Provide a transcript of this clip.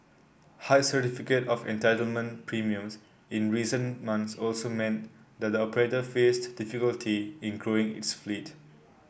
high certificate of entitlement premiums in recent months also meant that the operator faced difficulty in growing its fleet